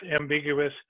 ambiguous